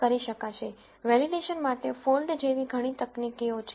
validation માટે fold જેવી ઘણી તકનીકીઓ છે